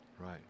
Right